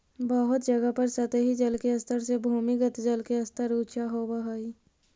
बहुत जगह पर सतही जल के स्तर से भूमिगत जल के स्तर ऊँचा होवऽ हई